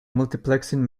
multiplexing